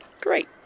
Great